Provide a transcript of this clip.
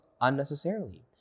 unnecessarily